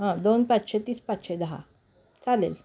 हं दोन पाचशे तीस पाचशे दहा चालेल